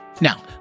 Now